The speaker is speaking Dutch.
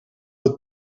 het